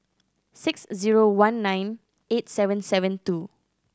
six zero one nine eight seven seven two